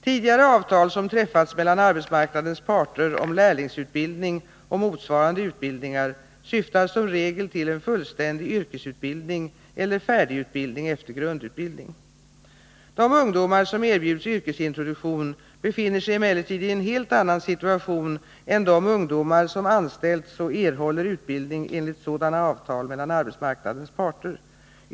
Tidigare avtal som träffats mellan arbetsmarknadens parter om lärlingsutbildning och motsvarande utbildningar syftar som regel till en fullständig yrkesutbildning eller färdigutbildning efter grundutbildning. De ungdomar som erbjuds yrkesintroduktion befinner sig emellertid i en helt annan situation än de ungdomar som anställts och erhåller utbildning enligt sådana avtal mellan arbetsmarknadens parter.